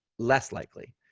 less likely,